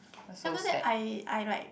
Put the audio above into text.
after that I I like